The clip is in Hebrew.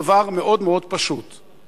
אנשים שאומרים לנו דבר פשוט מאוד,